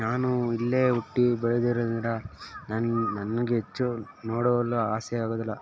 ನಾನು ಇಲ್ಲೇ ಹುಟ್ಟಿ ಬೆಳೆದಿರೋದ್ರಿಂದ ನಂಗೆ ನನ್ಗೆ ಹೆಚ್ಚು ನೋಡಲು ಆಸೆ ಆಗೋದಿಲ್ಲ